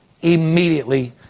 immediately